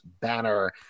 banner